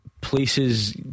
Places